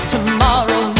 Tomorrow